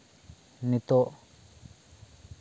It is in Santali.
ᱱᱤᱛᱚᱜ